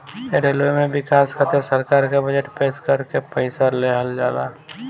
railway में बिकास खातिर सरकार के बजट पेश करके पईसा लेहल जाला